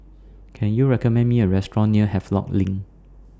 Can YOU recommend Me A Restaurant near Havelock LINK